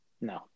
No